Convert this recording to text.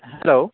hello